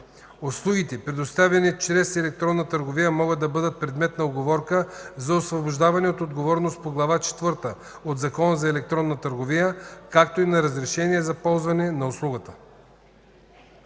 Услугите, предоставяни чрез електронна търговия, могат да бъдат предмет на уговорка за освобождаване от отговорност по Глава четвърта от Закона за електронната търговия, както и на разрешение за ползване на услугата”.”